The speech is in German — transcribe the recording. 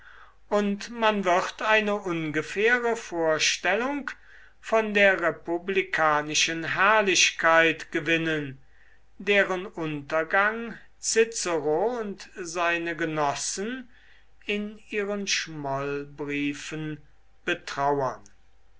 und man wird eine ungefähre vorstellung von der republikanischen herrlichkeit gewinnen deren untergang cicero und seine genossen in ihren schmollbriefen betrauern